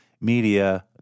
media